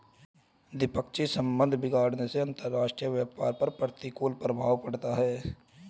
द्विपक्षीय संबंध बिगड़ने से अंतरराष्ट्रीय व्यापार पर प्रतिकूल प्रभाव पड़ता है